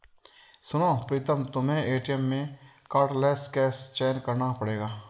सुनो प्रीतम तुम्हें एटीएम में कार्डलेस कैश का चयन करना पड़ेगा